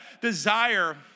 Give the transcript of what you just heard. desire